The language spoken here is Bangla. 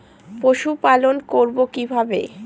পশুপালন করব কিভাবে?